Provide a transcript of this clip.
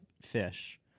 fish